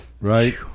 right